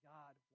God